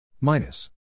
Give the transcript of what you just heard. minus